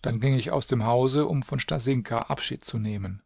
dann ging ich aus dem hause um von stasinka abschied zu nehmen